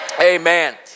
Amen